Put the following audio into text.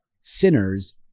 sinners